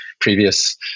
previous